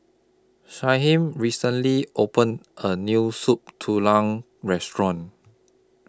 Shyheim recently opened A New Soup Tulang Restaurant